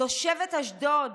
תושבת אשדוד,